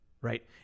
right